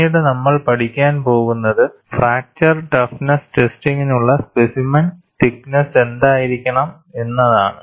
പിന്നീട് നമ്മൾ പഠിക്കാൻ പോകുന്നുത് ഫ്രാക്ചറർ റ്റഫ്നെസ്സ് ടെസ്റ്റിംഗിനുള്ള സ്പെസിമെൻ തിക്ക് നെസ്സ് എന്തായിരിക്കണം എന്നതാണ്